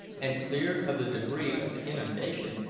and cleared of the debris of the inundation,